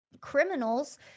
criminals